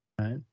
right